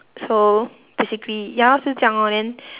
so basically ya lor 就这样 lor then